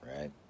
right